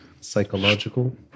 psychological